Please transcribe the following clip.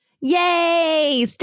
Yay